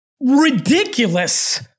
ridiculous